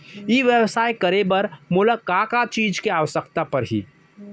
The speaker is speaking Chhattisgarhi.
ई व्यवसाय करे बर मोला का का चीज के आवश्यकता परही?